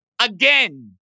again